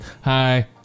hi